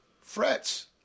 frets